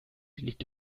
liegt